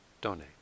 donate